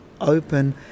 open